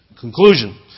Conclusion